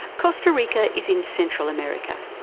costa rica is in central america,